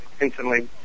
instantly